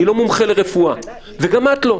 אני לא מומחה לרפואה, וגם את לא.